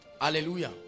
hallelujah